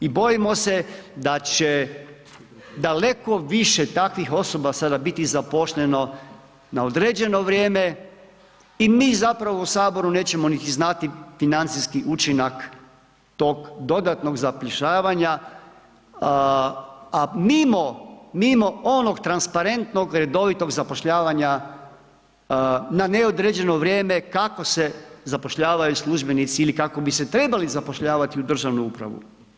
I bojimo se da će daleko više takvih osoba sada biti zaposleno na određeno vrijeme i mi zapravo u Saboru nećemo niti znati financijski učinak tog dodatnog zapošljavanja a mimo, mimo onog transparentnog redovitog zapošljavanja na neodređeno vrijeme kako se zapošljavaju službenici ili kako bi se trebali zapošljavati u državnu upravu.